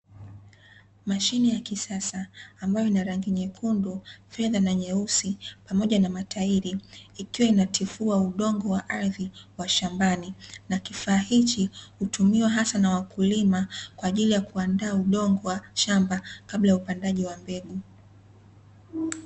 Mashine ya kisasa ambayo ina: rangi nyekundu, fedha, na nyeusi, pamoja na matairi; ikiwa inatifua udongo wa ardhi wa shambani. Na kifaa hichi hutumiwa hasa na wakulima kwa ajili ya kuandaa udongo wa shamba kabla ya upandaji wa mbegu.